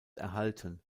erhalten